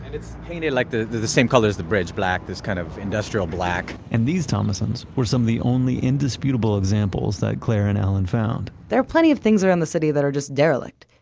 it's painted like the the same color as the bridge, black, this kind of industrial black. and these thomassons were some of the only indisputable examples that claire and alan found. there are plenty of things around the city that are just derelict.